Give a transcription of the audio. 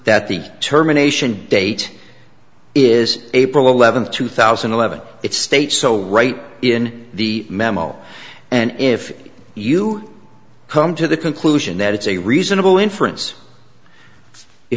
that the terminations date is april eleventh two thousand and eleven it states so right in the memo and if you come to the conclusion that it's a reasonable inference you